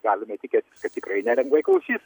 galime tikėt kad tikrai nelengvai klausys